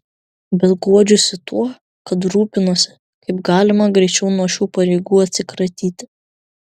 bet guodžiuosi tuo kad rūpinsiuosi kaip galima greičiau nuo šių pareigų atsikratyti